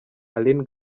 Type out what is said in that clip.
aline